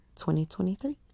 2023